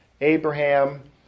Abraham